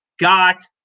got